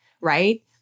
right